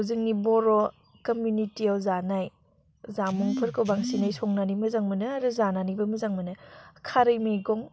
जोंनि बर' कमिउनिटिआव जानाय जामुंफोरखौ बांसिनै संनानै मोजां मोनो आरो जानानैबो मोजां मोनो खारै मैगं